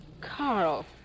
Carl